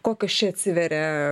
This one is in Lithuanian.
kokios čia atsiveria